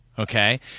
Okay